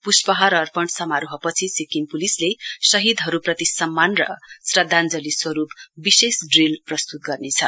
पुष्पहार अपर्ण समारोह पछि सिक्किम पुलिसले शहीदहरूप्रति सम्मान र श्रद्धाञ्जली स्वरूप विशेष ट्रील प्रस्तुत गर्नेछ